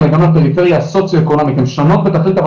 אלא גם לפריפריה הסוציו אקונומית הן שונות בתכלית אבל